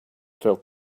felt